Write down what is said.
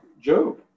Job